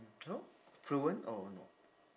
oh fluent oh no